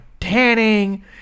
tanning